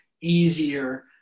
easier